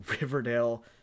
riverdale